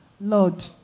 Lord